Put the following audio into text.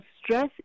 stress